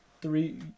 Three